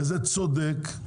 וזה צודק.